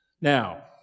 Now